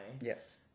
Yes